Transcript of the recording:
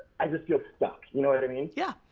i just feel stuck. you know what i mean? yeah,